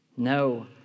No